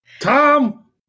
Tom